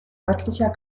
örtlicher